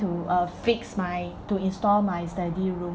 to uh fix my to install my study room